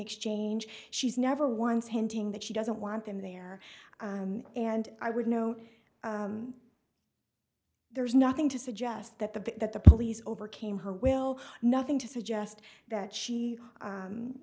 exchange she's never once hinting that she doesn't want him there and i would note there's nothing to suggest that the that the police overcame her will nothing to suggest that she